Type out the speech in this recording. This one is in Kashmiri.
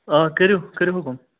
آ کٔرِو کٔرِو حُکم